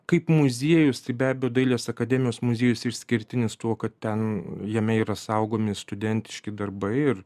kaip muziejus tai be abejo dailės akademijos muziejus išskirtinis tuo kad ten jame yra saugomi studentiški darbai ir